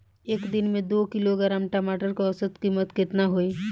एक दिन में दो किलोग्राम टमाटर के औसत कीमत केतना होइ?